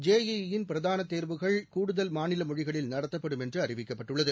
J E E பிரதான தேர்வுகள் கூடுதல் மாநில மொழிகளில் நடத்தப்படும் என்று அறிவிக்கப்பட்டுள்ளது